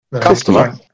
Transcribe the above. Customer